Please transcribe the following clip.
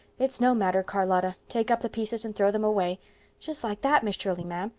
it's no matter, charlotta. take up the pieces and throw them away just like that, miss shirley, ma'am.